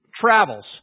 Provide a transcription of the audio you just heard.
travels